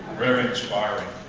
very inspiring.